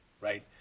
right